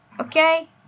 okay